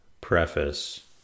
Preface